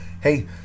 hey